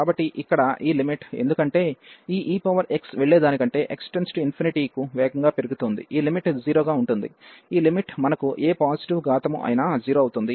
కాబట్టి ఇక్కడ ఈ లిమిట్ ఎందుకంటే ఈ ex వెళ్లే దానికంటే x→∞కు వేగంగా పెరుగుతుంది ఈ లిమిట్ 0 గా ఉంటుంది ఈ లిమిట్ మనకు ఏ పాజిటివ్ ఘాతము అయినా 0 అవుతుంది